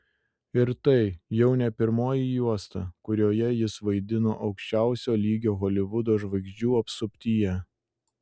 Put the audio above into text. ir tai jau ne pirmoji juosta kurioje jis vaidino aukščiausio lygio holivudo žvaigždžių apsuptyje